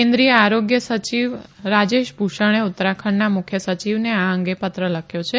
કેન્નિ ાય આરોગ્ય સચિવ રાજેશ ભૂષણે ઉત્તરાખંડના મુખ્ય સચિવને આ અંગે પત્ર લખ્યો છે